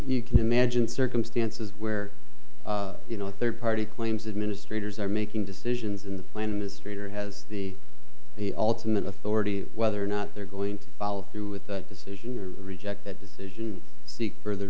you can imagine circumstances where you know third party claims administrators are making decisions in the plan is straight or has the ultimate authority whether or not they're going to follow through with that decision or reject that decision seek further